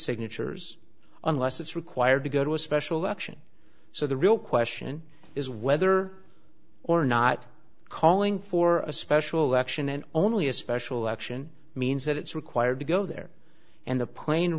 signatures unless it's required to go to a special election so the real question is whether or not calling for a special election and only a special election means that it's required to go there and the pla